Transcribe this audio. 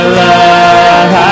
love